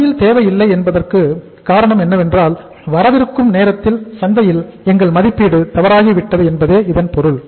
சந்தையில் தேவை இல்லை என்பதற்கு காரணம் வரவிருக்கும் நேரத்தில் சந்தையில் எங்கள் மதிப்பீடு தவறாகிவிட்டது என்பதே இதன் பொருள்